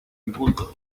inculto